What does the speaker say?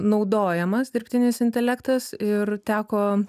naudojamas dirbtinis intelektas ir teko